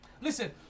listen